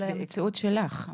אולי מהמציאות שלך.